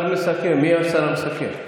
מי השר המסכם?